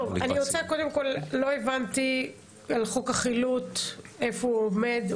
לא הבנתי לגבי חוק החילוט איפה הוא עומד.